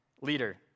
leader